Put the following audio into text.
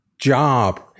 job